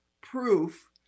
proof